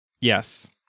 yes